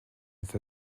with